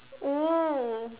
!woo!